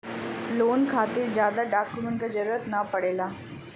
loan खातिर जादा document क जरुरत न पड़ेला